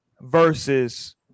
versus